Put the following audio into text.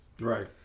Right